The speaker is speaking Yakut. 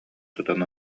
тутан